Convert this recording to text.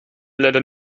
leider